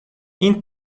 این